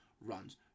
runs